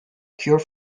cure